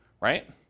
right